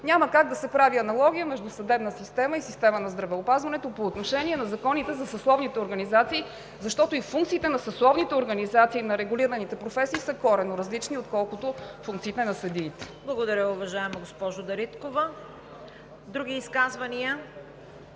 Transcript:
Няма как да се прави аналогия между съдебната система и системата на здравеопазването по отношение на законите на съсловните организации, защото и функциите на съсловните организации на регулираните професии са коренно различни, отколкото функциите на съдиите. ПРЕДСЕДАТЕЛ ЦВЕТА КАРАЯНЧЕВА: Благодаря, уважаема госпожо Дариткова. Други изказвания?